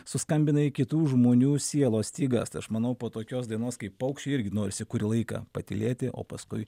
suskambinai kitų žmonių sielos stygas tai aš manau po tokios dainos kaip paukščiai irgi norisi kurį laiką patylėti o paskui